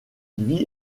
vit